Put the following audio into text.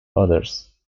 others